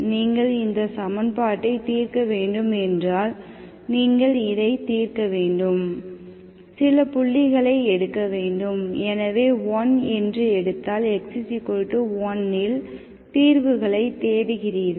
நீங்கள் இந்த சமன்பாட்டை தீர்க்க வேண்டும் என்றால் நீங்கள் இதை தீர்க்க வேண்டும் சில புள்ளிகளை எடுக்க வேண்டும் எனவே 1 என்று எடுத்தால் x 1 இல் தீர்வுகளைத் தேடுகிறீர்கள்